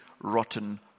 rotten